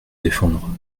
défendre